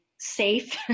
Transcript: safe